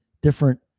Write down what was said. different